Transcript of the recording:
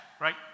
right